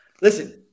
Listen